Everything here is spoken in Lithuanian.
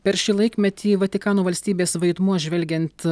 per šį laikmetį vatikano valstybės vaidmuo žvelgiant